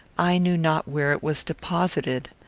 i knew not where it was deposited.